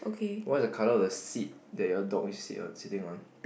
what are the colour of the seat that your dog is sit sitting on